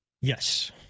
Yes